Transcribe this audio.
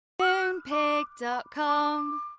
Moonpig.com